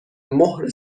مهر